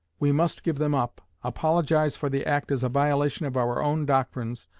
we must give them up, apologize for the act as a violation of our own doctrines,